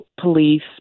police